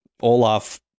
olaf